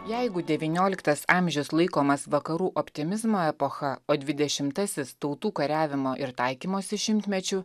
jeigu devynioliktas amžius laikomas vakarų optimizmo epocha o dvidešimtasis tautų kariavimo ir taikymosi šimtmečiu